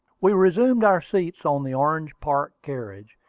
we resumed our seats on the orange park carriage,